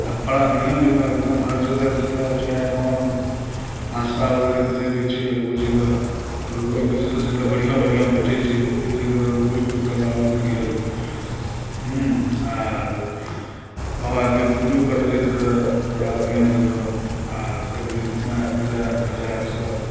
आ बड़ा बढ़िऑं जकाँ एकदम हर जगह जतऽ चाय पान नाश्ता वगैरह करैके छै ओ जगह रुकि रुकि कऽ जतऽ जतऽ बढ़िऑं बढ़िऑं भेटै छै ओहि जगह रुकि रुकिके करवावैत गेलहुँ आर बाबाके पुजो करि लेइत रहै बड़ा बढ़िऑं जकाँ आर सगरे घुमए फिरए बाजार सभ